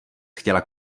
chtěla